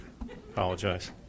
Apologize